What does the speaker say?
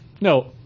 No